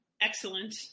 Excellent